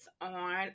on